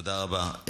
תודה רבה, תודה רבה.